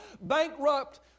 bankrupt